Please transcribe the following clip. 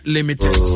Limited